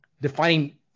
defining